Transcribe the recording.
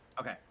Okay